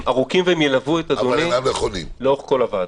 הם ארוכים והם ילוו את אדוני לאורך כל הוועדה.